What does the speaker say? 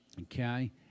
Okay